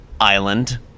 island